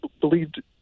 believed